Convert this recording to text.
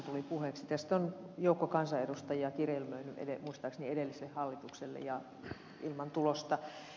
tästä on joukko kansanedustajia kirjelmöinyt muistaakseni edelliselle hallitukselle ja ilman tulosta